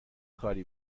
کاری